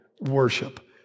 worship